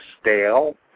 stale